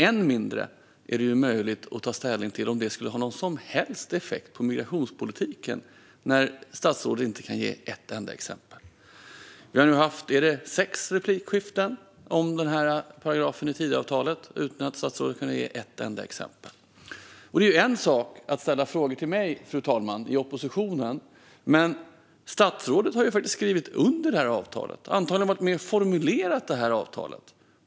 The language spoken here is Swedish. Än mindre är det möjligt att ta ställning till om detta skulle ha någon som helst effekt på migrationspolitiken när statsrådet inte kan ge ett enda exempel. Vi har nu haft sex replikskiften - tror jag - om denna paragraf i Tidöavtalet utan att statsrådet har kunnat ge ett enda exempel. Det är ju en sak att ställa frågor till mig i opposition, fru talman, men statsrådet har ju faktiskt skrivit under det här avtalet och antagligen varit med och formulerat det.